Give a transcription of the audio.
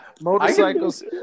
motorcycles